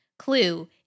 Clue